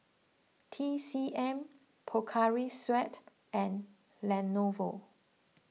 T C M Pocari Sweat and Lenovo